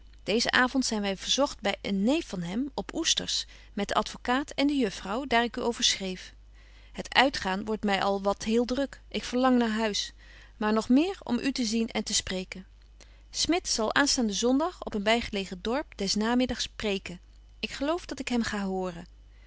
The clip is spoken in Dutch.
deezen avond zyn wy verzogt by een neef van hem op oesters met den advocaat en de juffrouw daar ik u over schreef het uitgaan wordt my al wat heel druk ik verlang naar huis maar noch meer om u te zien en te sprebetje wolff en aagje deken historie van mejuffrouw sara burgerhart ken smit zal aanstaanden zondag op een bygelegen dorp des namiddags preken ik geloof dat ik hem ga hooren